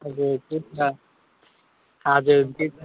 हजुर त्यही त हजुर त्यही त